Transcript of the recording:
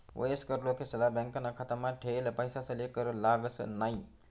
वयस्कर लोकेसले बॅकाना खातामा ठेयेल पैसासले कर लागस न्हयी